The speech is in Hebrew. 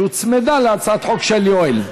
שהוצמדה להצעת החוק של יואל.